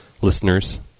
listeners